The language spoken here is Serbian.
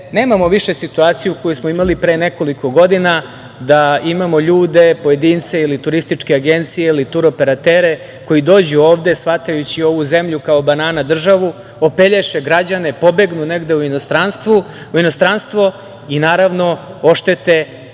nemamo više situaciju koju smo imali pre nekoliko godina da imamo ljude, pojedince ili turističke agencije ili tur-operatere koji dođu ovde, shvatajući ovu zemlju kao banana državu, opelješe građane, pobegnu negde u inostranstvo i, naravno, oštete hiljade,